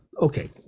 okay